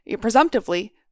presumptively